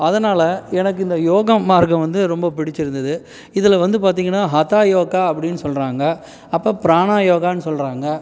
அதனால் எனக்கு இந்த யோகா மார்க்கம் வந்து ரொம்ப பிடிச்சிருந்தது இதில் வந்து பார்த்திங்கனா ஹதா யோகா அப்படின்னு சொல்கிறாங்க அப்போ பிராணா யோகானு சொல்கிறாங்க